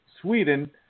Sweden